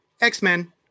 X-Men